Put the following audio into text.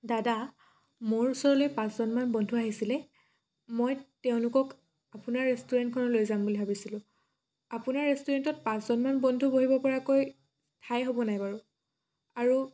দাদা মোৰ ওচৰলৈ পাঁচজনমান বন্ধু আহিছিলে মই তেওঁলোকক আপোনাৰ ৰেষ্টুৰেণ্টখনলৈ লৈ যাম বুলি ভাবিছিলোঁ আপোনাৰ ৰেষ্টুৰেণ্টত পাঁচজনমান বন্ধু বহিব পৰাকৈ ঠাই হ'ব নাই বাৰু আৰু